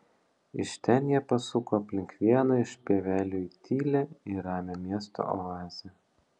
iš ten jie pasuko aplink vieną iš pievelių į tylią ir ramią miesto oazę